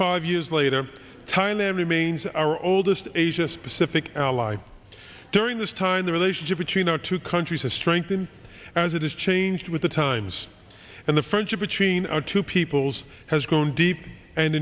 five years later thailand remains our oldest asia specific ally during this time the relationship between our two countries have strengthened as it has changed with the times and the friendship between our two peoples has grown deep and